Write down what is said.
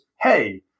hey